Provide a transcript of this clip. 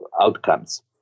outcomes